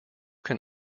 can